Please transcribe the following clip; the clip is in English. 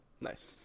Nice